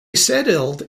settled